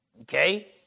okay